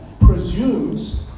presumes